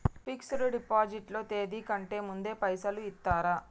Fix డ్ deposit లో తేది కంటే ముందే పైసలు ఇత్తరా?